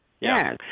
Yes